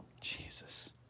Jesus